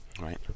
right